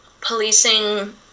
policing